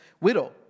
widow